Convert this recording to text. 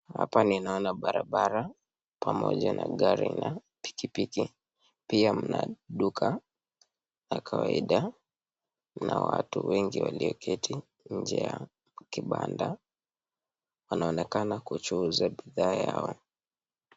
Hapa ninaona barabara pamoja na gari na pikipiki, pia mna duka ya kawaida na watu wengi walioketi nje ya kibanda wanaonekana kuchunguza bidhaa yao.